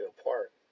apart